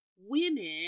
women